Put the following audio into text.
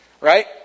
Right